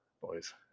Boys